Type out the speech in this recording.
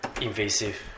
invasive